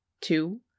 two